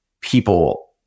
people